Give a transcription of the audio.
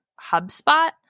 HubSpot